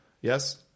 Yes